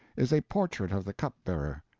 is a portrait of the cup-bearer.